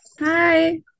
Hi